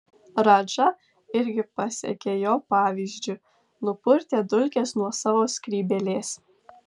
radža irgi pasekė jo pavyzdžiu nupurtė dulkes nuo savo skrybėlės